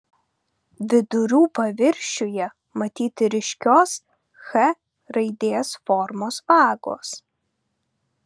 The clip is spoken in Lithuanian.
vidurių paviršiuje matyti ryškios h raidės formos vagos